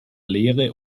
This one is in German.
lehre